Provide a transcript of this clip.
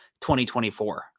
2024